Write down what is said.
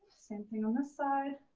same thing on this side.